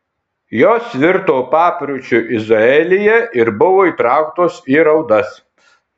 jos virto papročiu izraelyje ir buvo įtrauktos į raudas